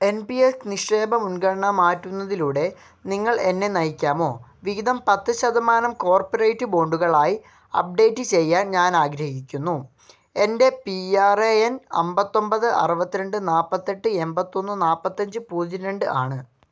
N P S നിക്ഷേപ മുൻഗണന മാറ്റുന്നതിലൂടെ നിങ്ങൾ എന്നെ നയിക്കാമോ വിഹിതം പത്ത് ശതമാനം കോർപ്പറേറ്റ് ബോണ്ടുകളായി അപ്ഡേറ്റ് ചെയ്യാൻ ഞാനാഗ്രഹിക്കുന്നു എൻ്റെ പി ആർ എ എൻ അന്പത്തിയൊന്പത് അറുപത്തി രണ്ട് നാല്പത്തിയെട്ട് എണ്പത്തിയൊന്ന് നാല്പത്തിയഞ്ച് പൂജ്യം രണ്ട് ആണ്